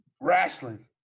Wrestling